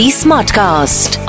smartcast